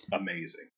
amazing